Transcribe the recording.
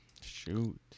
Shoot